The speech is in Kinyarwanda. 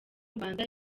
rwanda